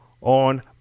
on